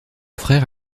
frère